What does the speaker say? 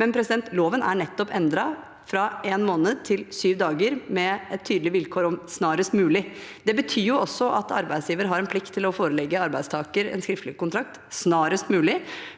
Men loven er nettopp endret fra en måned til sju dager, med et tydelig vilkår om snarest mulig. Det betyr at arbeidsgiver har en plikt til å forelegge arbeidstaker en skriftlig kontrakt snarest mulig.